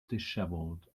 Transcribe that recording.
dishevelled